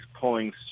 pulling